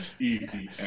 Easy